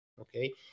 okay